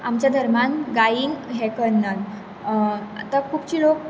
आमच्या धर्मान गाईंक हें कन्नान आतां खुबचे लोक